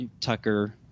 Tucker